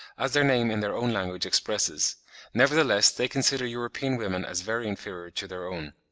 as their name in their own language expresses nevertheless they consider european women as very inferior to their own.